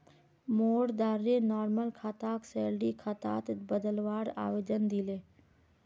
मोर द्वारे नॉर्मल खाताक सैलरी खातात बदलवार आवेदन दिले